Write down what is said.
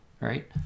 right